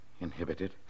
inhibited